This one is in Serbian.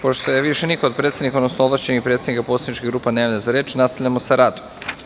Pošto se više niko od predsednika odnosno od ovlašćenih predstavnika poslaničkih grupa ne javlja za reč nastavljamo sa radom.